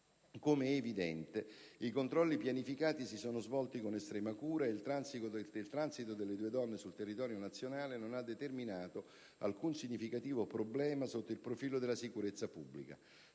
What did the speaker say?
Come è evidente, i controlli pianificati si sono svolti con estrema cura e il transito delle due donne sul territorio nazionale non ha determinato alcun significativo problema sotto il profilo della sicurezza pubblica.